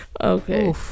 Okay